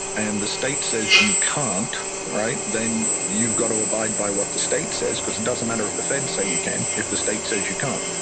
and the state says you can't, then you've got to abide by what the state says because it doesn't matter if the feds say you can if the state says you can't.